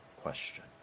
question